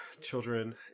children